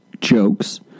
jokes